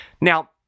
Now